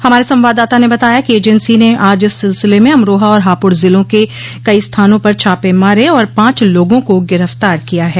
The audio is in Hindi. हमारे संवाददाता ने बताया कि एजेंसी ने आज इस सिलसिले में अमरोहा और हापुड़ जिलों के कई स्थानों पर छापे मारे और पांच लोगों को गिरफ्तार किया है